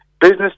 business